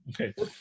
okay